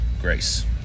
grace